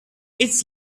its